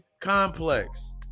complex